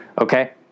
Okay